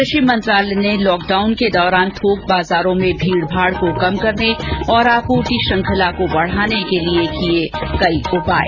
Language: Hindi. कृषि मंत्रालय ने लॉकडाउन के दौरान थोक बाजारों में भीड़ भाड़ को कम करने और आपूर्ति श्रृंखला को बढ़ाने के लिए किये कई उपाय